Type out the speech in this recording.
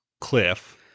Cliff